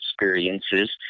experiences